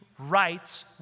Right